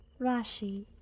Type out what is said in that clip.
Rashi